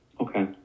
Okay